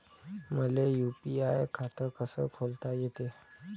मले यू.पी.आय खातं कस खोलता येते?